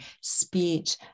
speech